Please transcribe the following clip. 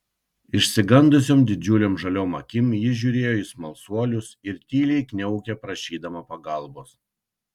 išsigandusiom didžiulėm žaliom akim ji žiūrėjo į smalsuolius ir tyliai kniaukė prašydama pagalbos